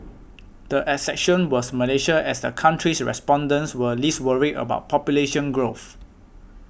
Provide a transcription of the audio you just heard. the exception was Malaysia as the country's respondents were least worried about population growth